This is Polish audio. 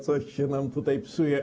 Coś się nam tutaj psuje.